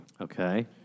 Okay